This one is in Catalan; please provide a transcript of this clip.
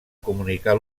comunicar